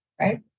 right